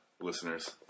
listeners